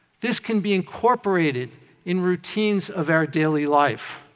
this can be incorporated in routines of our daily life.